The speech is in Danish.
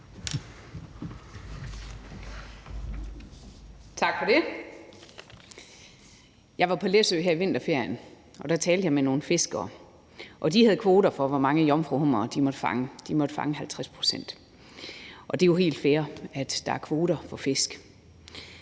Tak for det. Jeg var på Læsø her i vinterferien, og der talte jeg med nogle fiskere. De havde kvoter for, hvor mange jomfruhummere de måtte fange – de måtte fange 50 pct. Det er jo helt fair, at der er kvoter for fisk,